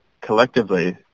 collectively